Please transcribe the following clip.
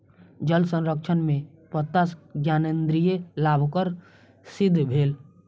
जल संरक्षण में पत्ता ज्ञानेंद्री लाभकर सिद्ध भेल